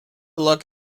look